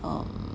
um